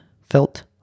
felt